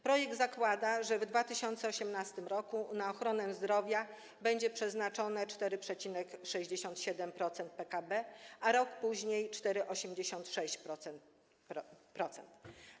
Projekt zakłada, że w 2018 r. na ochronę zdrowia będzie przeznaczone 4,67% PKB, a rok później 4,86%.